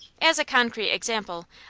as a concrete example,